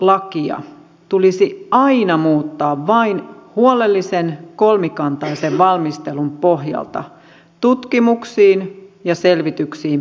työsopimuslakia tulisi aina muuttaa vain huolellisen kolmikantaisen valmistelun pohjalta tutkimuksiin ja selvityksiin perustuen